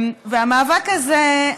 והמאבק הזה,